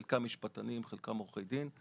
חלקם משפטנים וחלקם עורכי דין,